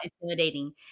intimidating